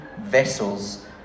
vessels